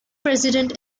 president